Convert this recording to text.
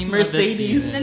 Mercedes